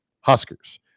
huskers